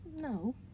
No